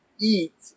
eat